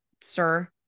sir